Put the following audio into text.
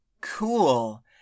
cool